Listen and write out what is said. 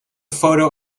photo